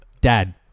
Dad